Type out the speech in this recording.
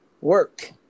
work